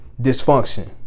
dysfunction